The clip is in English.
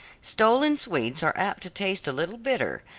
stolen sweets are apt to taste a little bitter,